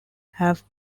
have